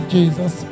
Jesus